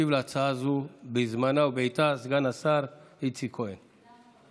ישיב על ההצעה הזאת בזמנה ובעיתה סגן השר איציק כהן.